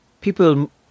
People